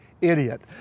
idiot